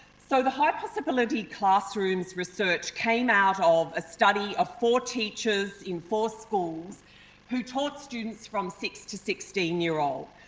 so, the high possibility classrooms research came out of a study of four teachers in four schools who taught students from six to sixteen year old.